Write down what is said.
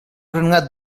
regnat